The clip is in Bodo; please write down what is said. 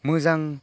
मोजां